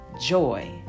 joy